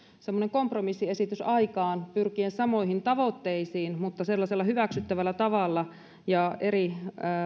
semmoinen kompromissiesitys aikaan pyrkien samoihin tavoitteisiin mutta sellaisella hyväksyttävällä tavalla ja eri